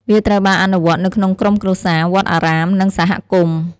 វាត្រូវបានអនុវត្តនៅក្នុងក្រុមគ្រួសារ វត្តអារាម និងសហគមន៍។